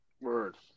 Words